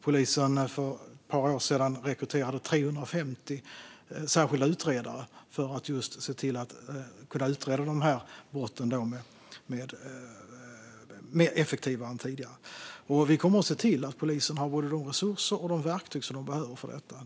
För ett par år sedan rekryterade polisen 350 särskilda utredare just för att kunna utreda dessa brott mer effektivt än tidigare. Vi kommer också att se till att polisen har både de resurser och de verktyg de behöver för detta.